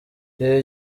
ibi